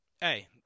Hey